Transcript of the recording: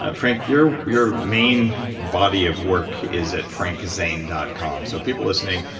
um frank, your your main body of work is at frankzane dot com, so people listening.